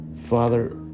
Father